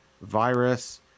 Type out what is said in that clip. virus